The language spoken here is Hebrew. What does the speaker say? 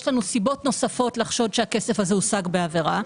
לנו סיבות נוספות לחשוד שהכסף הזה הושג בעבירה,